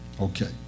Okay